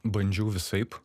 bandžiau visaip